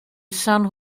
san